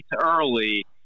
early